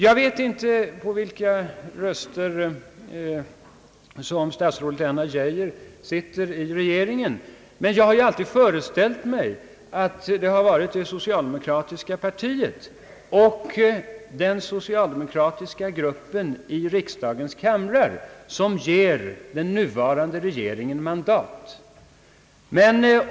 Jag vet inte på vilka röster som statsrådet Geijer sitter i regeringen, men jag har alltid föreställt mig att det varit det socialdemokratiska partiet och den socialdemokratiska gruppen i riksdagens kamrar som ger den nuvarande regeringen mandat.